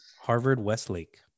Harvard-Westlake